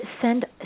send